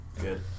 Good